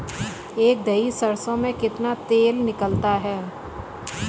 एक दही सरसों में कितना तेल निकलता है?